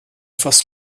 faz